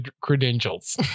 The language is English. credentials